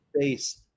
face